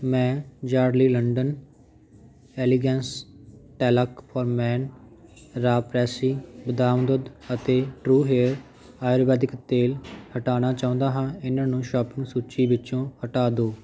ਮੈਂ Yardley London elegance talc for men raw pressery ਬਦਾਮ ਦੁੱਧ ਅਤੇ ਟਰੂ ਹੇਅਰ ਆਯੁਰਵੈਦਿਕ ਤੇਲ ਹਟਾਉਣਾ ਚਾਹੁੰਦਾ ਹਾਂ ਇਹਨਾਂ ਨੂੰ ਸ਼ੋਪਿੰਗ ਸੂਚੀ ਵਿੱਚੋਂ ਹਟਾ ਦਿਉ